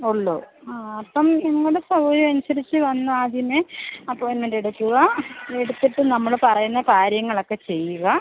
ഉള്ളൂ ആ അപ്പം നിങ്ങളുടെ സൗകര്യമനുസരിച്ച് വന്നാൽ അതിന് അപ്പോയിൻമെൻ്റ് എടുക്കുക എടുത്തിട്ട് നമ്മൾ പറയുന്ന കാര്യങ്ങളൊക്കെ ചെയ്യുക